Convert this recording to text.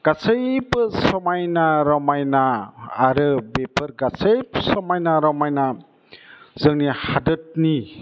गासैबो समायना रमायना आरो बेफोर गासैबो समायना रमायना जोंनि हादरनि